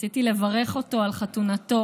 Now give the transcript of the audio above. רציתי לברך אותו על חתונתו.